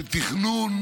שתכנון